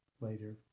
later